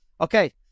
Okay